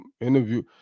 interview